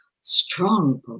strong